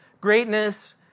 greatness